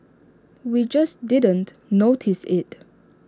we just didn't notice IT